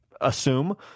assume